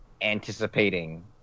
anticipating